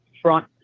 front